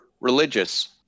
religious